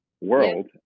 world